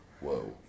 Whoa